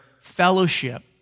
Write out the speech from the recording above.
fellowship